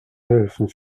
helfen